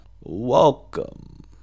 welcome